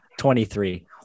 23